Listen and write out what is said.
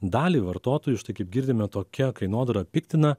dalį vartotojų štai kaip girdime tokia kainodara piktina